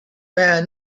man